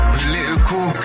Political